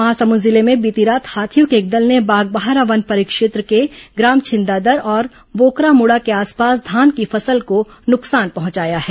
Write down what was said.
महासमुंद जिले में बीती रात हाथियों के एक दल ने बागबाहरा वन परिक्षेत्र के ग्राम छिंदादर और बोकरामुड़ा के आसपास धान के फसल को नुकसान पहुंचाया है